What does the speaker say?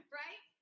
right